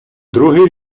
другий